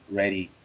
ready